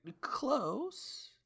Close